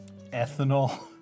ethanol